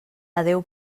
adéu